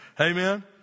Amen